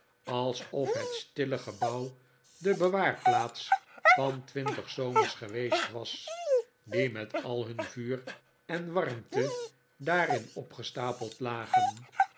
of het stille gebouw de bewaarplaats van twintig zomers geweest was die met al him vuur en warmte daarin opgestapeld lagen